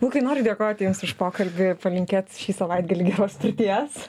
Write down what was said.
lukai kai norisi dėkoti už pokalbį palinkėt šį savaitgalį geros pirties